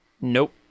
Nope